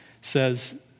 says